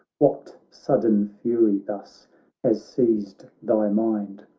what sudden fury thus has seized thy mind?